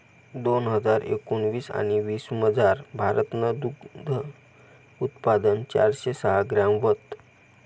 दोन हजार एकोणाविस आणि वीसमझार, भारतनं दूधनं उत्पादन चारशे सहा ग्रॅम व्हतं